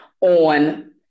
On